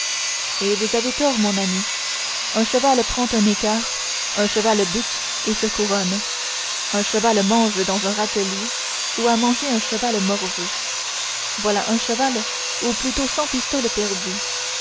et vous avez tort mon ami un cheval prend un écart un cheval bute et se couronne un cheval mange dans un râtelier où a mangé un cheval morveux voilà un cheval ou plutôt cent pistoles perdues